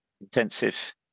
intensive